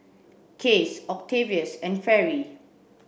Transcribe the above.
Case Octavius and Fairy